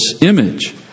image